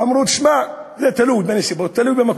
ואמרו: תשמע, זה תלוי בנסיבות, תלוי במקום.